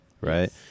right